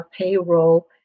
payroll